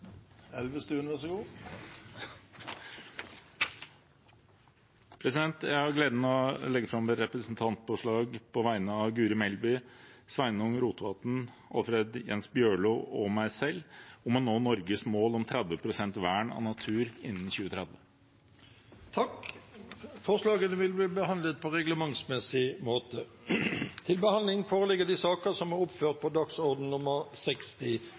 Elvestuen vil framsette et representantforslag. Jeg har gleden av å legge fram et representantforslag på vegne av Guri Melby, Sveinung Rotevatn, Alfred Jens Bjørlo og meg selv om å nå Norges mål om 30 pst. vern av natur innen 2030. Forslagene vil bli behandlet på reglementsmessig måte. Etter ønske fra transport- og kommunikasjonskomiteen vil presidenten ordne debatten slik: 5 minutter til